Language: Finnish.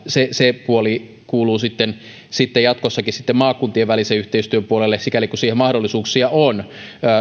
se se puoli kuuluu sitten sitten jatkossakin maakuntien välisen yhteistyön puolelle sikäli kuin siihen mahdollisuuksia on